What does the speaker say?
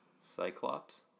Cyclops